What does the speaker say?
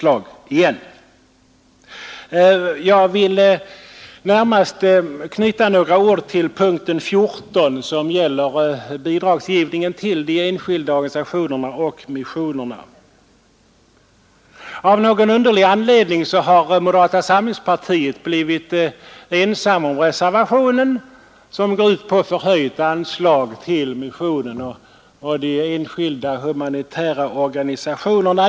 Jag vill börja med att anknyta till punkten 14, som gäller bidragsgivningen till de enskilda organisationers hjälpverksamhet. Av någon underlig anledning har moderata samlingspartiet blivit ensamt om reservationen, som går ut på förhöjt anslag till missionen och de enskilda humanitära organisationerna.